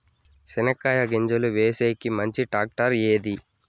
చెనక్కాయ గింజలు వేసేకి మంచి టాక్టర్ ఏది?